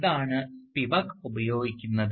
ഇതാണ് സ്പിവക് ഉപയോഗിക്കുന്നത്